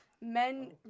men